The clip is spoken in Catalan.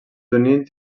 units